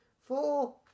Four